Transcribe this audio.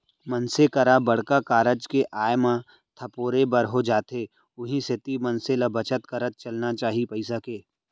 मनसे करा बड़का कारज के आय म धपोरे बर हो जाथे उहीं सेती मनसे ल बचत करत चलना चाही पइसा के